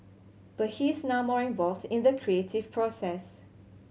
but he's now more involved in the creative process